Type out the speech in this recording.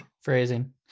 phrasing